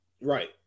Right